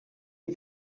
est